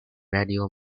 radio